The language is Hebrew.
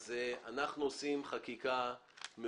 אנחנו מתקדמים עם החקיקה וההקראה.